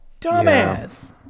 dumbass